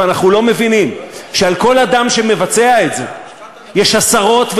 ואנחנו לא מבינים שעל כל אדם שמבצע את זה יש עשרות,